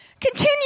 continue